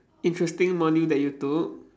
interesting module that you took